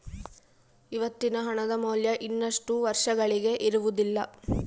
ಇವತ್ತಿನ ಹಣದ ಮೌಲ್ಯ ಇನ್ನಷ್ಟು ವರ್ಷಗಳಿಗೆ ಇರುವುದಿಲ್ಲ